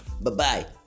Bye-bye